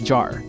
Jar